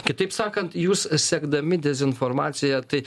kitaip sakant jūs sekdami dezinformacija tai